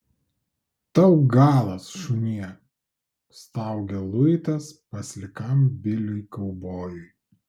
tau galas šunie staugia luitas paslikam biliui kaubojui